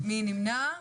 מי נמנע?